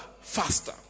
faster